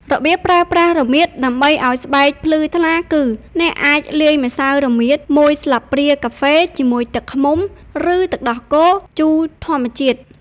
របៀបប្រើប្រាស់រមៀតដើម្បីឲ្យស្បែកភ្លឺថ្លាគឺ អ្នកអាចលាយម្សៅរមៀតមួយស្លាបព្រាកាហ្វេជាមួយទឹកឃ្មុំ ឬទឹកដោះគោជូរធម្មជាតិ។